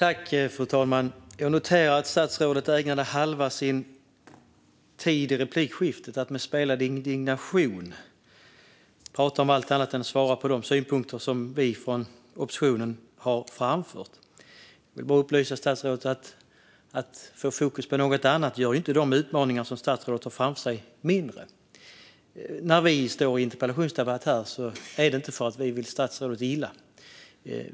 Fru talman! Jag noterade att statsrådet ägnade halva sin tid i replikskiftet till att med spelad indignation prata om allt annat än ett svar på de synpunkter som vi från oppositionen har framfört. Jag vill bara upplysa statsrådet om att lägga fokus på annat inte gör de utmaningar som statsrådet har framför sig mindre. När vi står i en interpellationsdebatt här är det inte för att vi vill statsrådet illa.